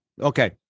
Okay